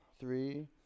three